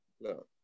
No